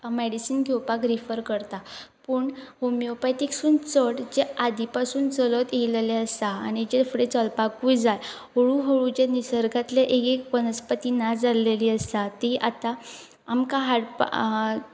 medicine घेवपाक refer करता पूण होमिओपॅथीकसून चड जे आदी पासून चलत येयलेले आसा आनी जे फुडें चलपाकूय जाय हळू हळू जे निसर्गातले एक एक वनस्पती ना जाल्लेली आसा ती आतां आमकां हाडपा